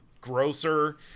grosser